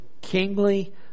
kingly